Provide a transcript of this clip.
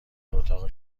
اتاق